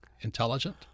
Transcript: intelligent